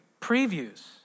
previews